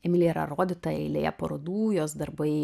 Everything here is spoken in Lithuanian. emilija yra rodyta eilėje parodų jos darbai